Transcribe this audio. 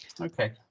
Okay